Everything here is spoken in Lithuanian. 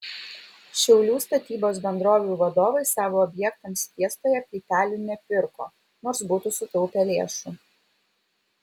šiaulių statybos bendrovių vadovai savo objektams fiestoje plytelių nepirko nors būtų sutaupę lėšų